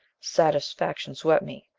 satisfaction swept me.